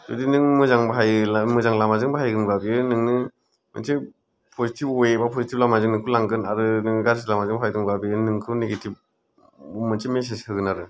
जुदि नों मोजां बाहायो मोजां लामाजों बाहायदोंबा बेयो नोंनो मोनसे पजिटिभ अवे बा पजिटिभ लामाजों नोंखौ लांगोन आरो नोङो गारजि लामाजों बाहायदोंब्ला बेयो नोंखौ नेगेटिभ मोनसे मेसेज होगोन आरो